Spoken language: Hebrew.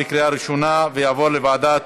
לוועדת